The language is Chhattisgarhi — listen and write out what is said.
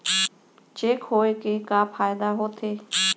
चेक होए के का फाइदा होथे?